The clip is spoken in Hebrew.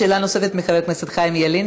שאלה נוספת מחבר הכנסת חיים ילין,